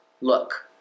look